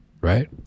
right